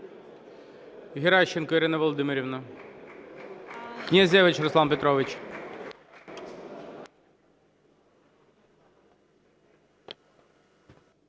Геращенко Ірина Володимирівна. Князевич Руслан Петрович.